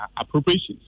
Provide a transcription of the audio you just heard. appropriations